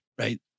Right